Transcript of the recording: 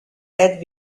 had